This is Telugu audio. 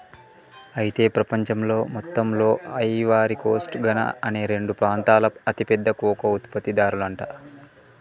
అయితే ప్రపంచంలో మొత్తంలో ఐవరీ కోస్ట్ ఘనా అనే రెండు ప్రాంతాలు అతి పెద్ద కోకో ఉత్పత్తి దారులంట